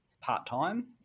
part-time